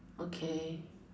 okay